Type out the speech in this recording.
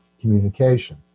communication